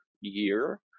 year